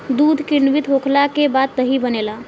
दूध किण्वित होखला के बाद दही बनेला